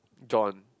John